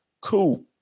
Cool